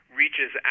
reaches